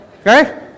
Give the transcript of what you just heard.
Okay